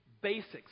basics